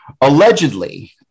allegedly